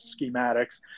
schematics